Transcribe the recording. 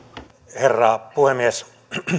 herra puhemies